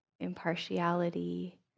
impartiality